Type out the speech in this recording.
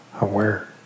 aware